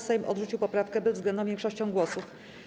Sejm odrzucił poprawkę bezwzględną większością głosów.